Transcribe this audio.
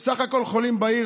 סך הכול חולים בעיר,